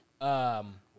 Um-